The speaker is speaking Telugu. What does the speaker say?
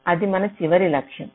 అది మన చివరి లక్ష్యం